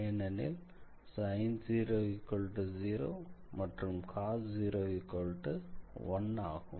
ஏனெனில் sin 0 0 மற்றும் cos 0 1 ஆகும்